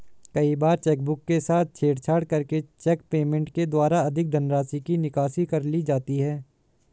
कई बार चेकबुक के साथ छेड़छाड़ करके चेक पेमेंट के द्वारा अधिक धनराशि की निकासी कर ली जाती है